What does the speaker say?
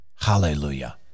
Hallelujah